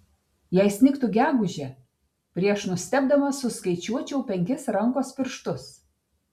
jei snigtų gegužę prieš nustebdamas suskaičiuočiau penkis rankos pirštus